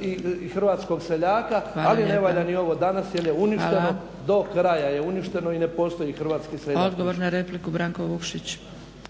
i hrvatskog seljaka, ali ne valja ni ovo danas jer je uništeno, do kraja je uništeno i ne postoji hrvatski seljak. **Zgrebec, Dragica